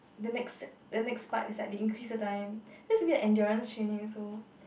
the next the next part is like they increase the time then it's a bit of endurance training also